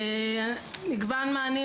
מגוון מענים,